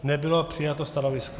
Nebylo přijato stanovisko.